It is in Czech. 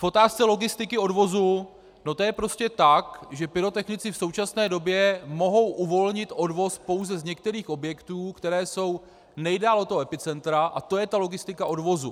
V otázce logistiky odvozu je to prostě tak, že pyrotechnici v současné době mohou uvolnit odvoz pouze z některých objektů, které jsou nejdál od toho epicentra, a to je ta logistika odvozu.